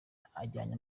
ajyanye